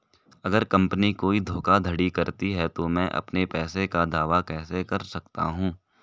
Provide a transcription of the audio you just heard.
अगर कंपनी कोई धोखाधड़ी करती है तो मैं अपने पैसे का दावा कैसे कर सकता हूं?